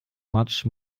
much